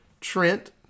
Trent